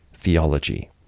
theology